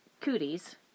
cooties